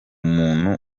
muntu